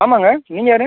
ஆமாங்க நீங்கள் யார்